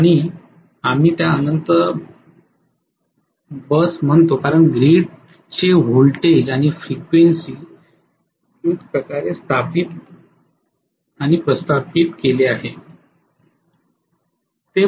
आणि आम्ही त्याला इन्फिनिटी बस म्हणतो कारण ग्रीडची व्होल्टेज आणि फ्रिक्वेन्सी प्रकारे स्थापित आणि प्रस्थापित केले आहे